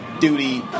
duty